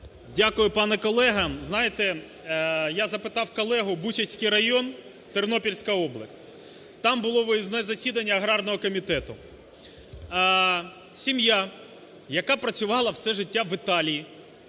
Дякую, пане колего. Знаєте, я запитав колегу, Бучацький район, Тернопільська область, там було виїзне засідання аграрного комітету. Сім'я, яка працювала все життя в Італії,